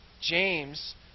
James